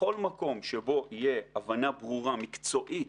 בכל מקום שבו תהיה הבנה ברורה, מקצועית